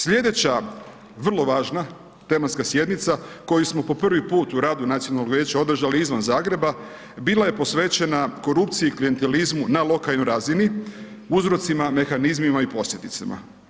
Sljedeća vrlo važna tematska sjednica, koju smo po 1 puta, u radu Nacionalnog vijeća održali izvan Zagreba, bila je posvećena, korupciji, klijentizmu, na lokalnoj razini, uzrocima, mehanizmima i posljedicama.